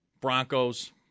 Broncos